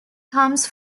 comes